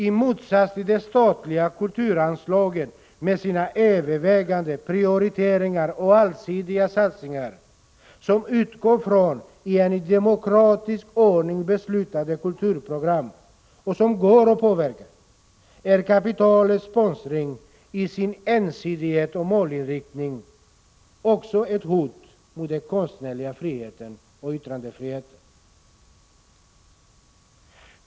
I motsats till de statliga kulturanslagen med sina övervägande prioriteringar och allsidiga satsningar, som utgår från ett i demokratisk ordning beslutat kulturprogram och som går att påverka, är kapitalets sponsring i sin ensidighet och målinriktning också ett hot mot den konstnärliga friheten och yttrandefriheten.